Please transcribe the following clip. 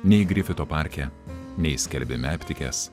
nei grifito parke nei skelbime aptikęs